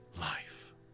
life